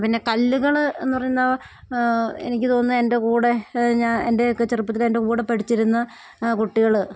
പിന്നെ കല്ലുകൾ എന്നു പറയുന്നത് എനിക്ക് തോന്നുന്നത് എൻ്റെ കൂടെ ഞാൻ എൻ്റെയൊക്കെ ചെറുപ്പത്തിലെ എൻ്റെ കൂടെ പഠിച്ചിരുന്ന കുട്ടികൾ